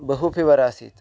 बहु फीवरासीत्